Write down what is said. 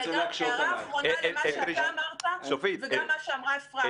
וזאת הערה האחרונה למה שאתה אמרת וגם מה שאמרה אפרת.